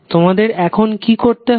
তোমাদের এখন কি করতে হবে